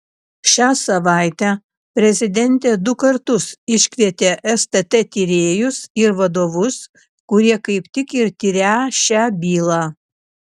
šią savaitę prezidentė du kartus iškvietė stt tyrėjus ir vadovus kurie kaip tik ir tirią šią bylą